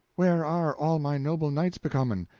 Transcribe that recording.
where are all my noble knights becomen?